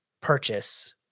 purchase